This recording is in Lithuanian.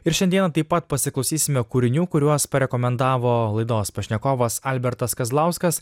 ir šiandieną taip pat pasiklausysime kūrinių kuriuos parekomendavo laidos pašnekovas albertas kazlauskas